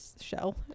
shell